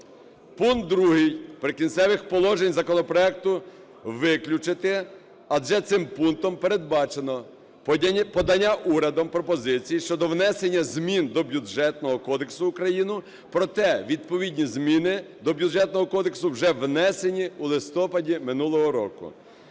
пункт 2 "Прикінцевих положень" законопроекту виключити, адже цим пунктом передбачено подання урядом пропозицій щодо внесення змін до Бюджетного кодексу України, проте відповідні зміни до Бюджетного кодексу вже внесені у листопаді минулого року.